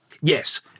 Yes